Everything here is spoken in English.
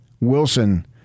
Wilson